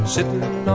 Sitting